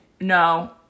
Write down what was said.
no